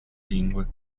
lingue